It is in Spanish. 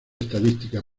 estadística